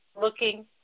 looking